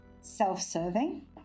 self-serving